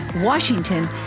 Washington